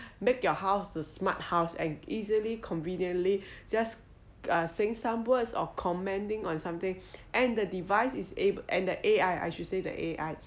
make your house the smart house and easily conveniently just saying some words of commenting or something and the device is able and the A_I I should say that A_I